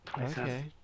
Okay